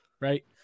Right